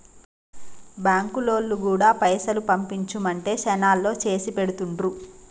బాంకులోల్లు గూడా పైసలు పంపించుమంటే శనాల్లో చేసిపెడుతుండ్రు